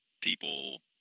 people